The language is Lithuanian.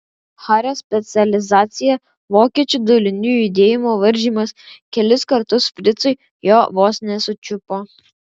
hario specializacija vokiečių dalinių judėjimo varžymas kelis kartus fricai jo vos nesučiupo